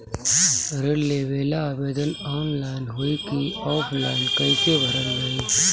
ऋण लेवेला आवेदन ऑनलाइन होई की ऑफलाइन कइसे भरल जाई?